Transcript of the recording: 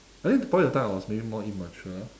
I think poly that time I was maybe more immature